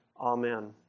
Amen